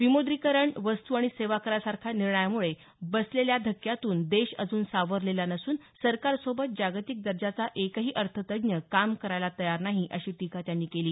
विमुद्रीकरण वस्तू आणि सेवा करासारख्या निर्णयामुळे बसलेल्या धक्क्यातून देश अजून सावरलेला नसून सरकारसोबत जागतिक दर्जाचा एकही अर्थतज्ज्ञ काम करायला तयार नाही अशी टीका त्यांनी केली